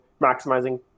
maximizing